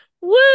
Woo